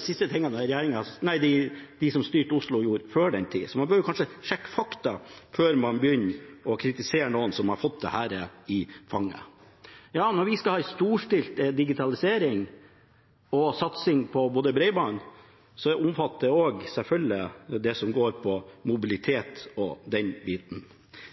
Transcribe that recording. siste de som styrte Oslo før den tid, gjorde. Så man bør kanskje sjekke fakta før man begynner å kritisere noen som har fått dette i fanget. Når vi skal ha en storstilt digitalisering og satsing på bredbånd, omfatter det selvfølgelig også det som går på mobilitet og den biten.